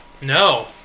No